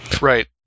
Right